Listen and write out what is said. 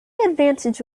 advantage